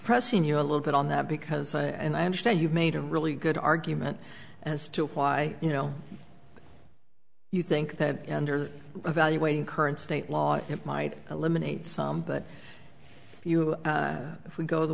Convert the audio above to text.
pressing you a little bit on that because i and i understand you made a really good argument as to why you know you think that under evaluating current state laws it might eliminate some but if we go the